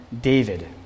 David